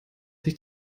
sich